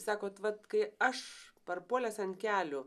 sakot vat kai aš parpuolęs ant kelių